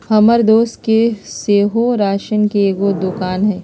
हमर दोस के सेहो राशन के एगो दोकान हइ